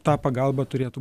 tą pagalbą turėtų